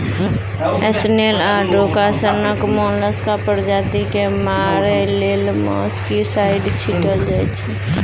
snail आ डोका सनक मोलस्का प्रजाति केँ मारय लेल मोलस्कीसाइड छीटल जाइ छै